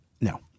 No